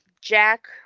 Jack